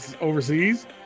overseas